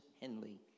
Henley